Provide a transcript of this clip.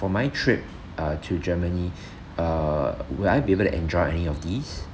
for my trip uh to germany uh will I be able to enjoy any of these